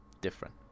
different